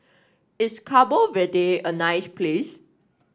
is Cabo Verde a nice place